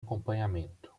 acompanhamento